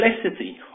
complexity